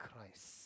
Christ